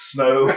Snow